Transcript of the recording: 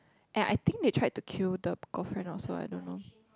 and I think they tried to kill the girlfriend also I don't know